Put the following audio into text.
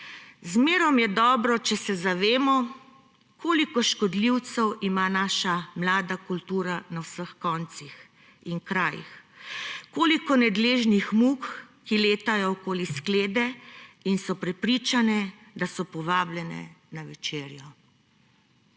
»Zmerom je dobro, če se zavemo, koliko škodljivcev ima naša mlada kultura na vseh koncih in krajih; koliko nadležnih muh, ki letajo okoli sklede in so prepričane, da so povabljene na večerjo.«